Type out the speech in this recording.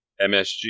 MSG